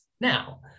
now